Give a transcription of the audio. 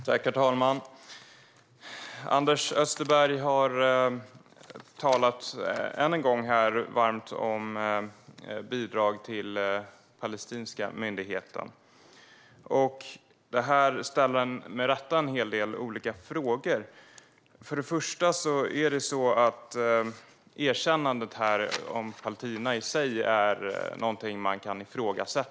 Herr talman! Anders Österberg har här än en gång talat varmt om bidrag till den palestinska myndigheten. Det reser med rätta en hel del olika frågor. För det första är erkännandet av Palestina i sig någonting man kan ifrågasätta.